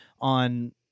on